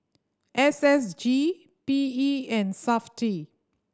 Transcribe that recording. S S G P E and Safti